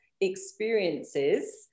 experiences